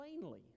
plainly